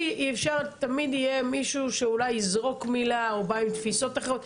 תמיד יהיה מישהו שאולי יזרוק מילה או בא עם תפיסות אחרות,